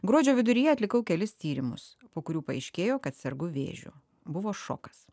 gruodžio viduryje atlikau kelis tyrimus po kurių paaiškėjo kad sergu vėžiu buvo šokas